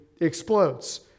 explodes